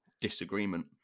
disagreement